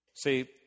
See